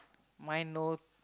mine no